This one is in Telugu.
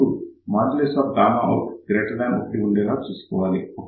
ఇప్పుడు out1 ఉండేలా చూసుకోవాలి